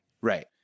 Right